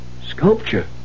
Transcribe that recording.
Sculpture